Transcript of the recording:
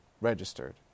registered